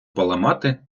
поламати